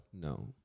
No